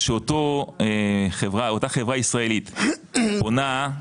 כשאותה חברה ישראלית פונה,